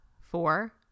four